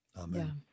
Amen